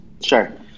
Sure